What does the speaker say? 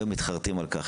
היום מתחרטים על כך